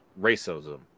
racism